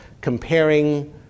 comparing